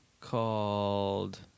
called